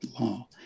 law